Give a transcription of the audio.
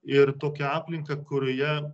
ir tokią aplinką kurioje